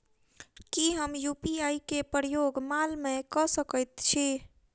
की हम यु.पी.आई केँ प्रयोग माल मै कऽ सकैत छी?